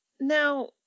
Now